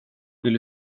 vill